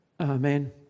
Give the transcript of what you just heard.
Amen